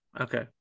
Okay